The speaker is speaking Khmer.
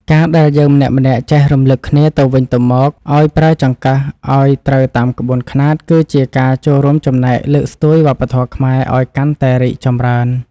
ការដែលយើងម្នាក់ៗចេះរំលឹកគ្នាទៅវិញទៅមកឱ្យប្រើចង្កឹះឱ្យត្រូវតាមក្បួនខ្នាតគឺជាការចូលរួមចំណែកលើកស្ទួយវប្បធម៌ខ្មែរឱ្យកាន់តែរីកចម្រើន។